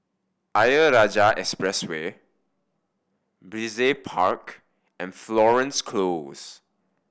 Ayer Rajah Expressway Brizay Park and Florence Close